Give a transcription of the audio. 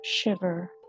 Shiver